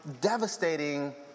devastating